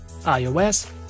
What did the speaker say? iOS